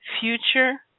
future